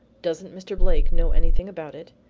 doesn't mr. blake know anything about it?